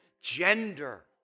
gender